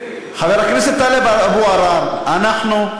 חבר הכנסת טלב אבו עראר, אנחנו,